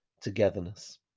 togetherness